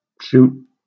shoot